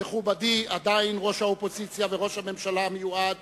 מכובדי, עדיין ראש האופוזיציה וראש הממשלה המיועד